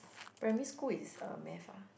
primary school is uh math ah